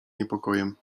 niepokojem